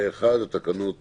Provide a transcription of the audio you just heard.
פה אחד, התקנות אושרו.